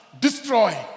destroy